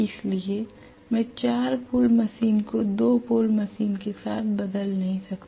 इसलिए मैं 4 pole machine को 2 पोल मशीन के साथ बदल नहीं सकता